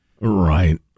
Right